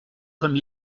comme